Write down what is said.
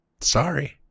Sorry